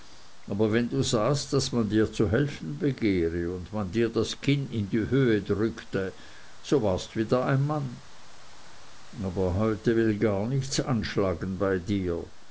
aber wenn du sahest daß man dir zu helfen begehre und man dir das kinn in die höhe drückte so warst wieder ein mann aber heute will gar nichts anschlagen bei dir